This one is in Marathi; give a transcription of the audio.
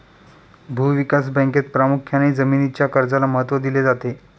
भूविकास बँकेत प्रामुख्याने जमीनीच्या कर्जाला महत्त्व दिले जाते